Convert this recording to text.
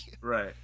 Right